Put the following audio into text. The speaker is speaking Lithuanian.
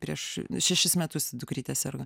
prieš šešis metus dukrytė serga